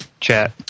chat